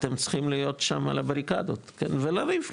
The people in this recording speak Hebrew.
אתם צריכים להיות שם על הבריקדות, כן, ולריב.